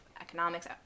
economics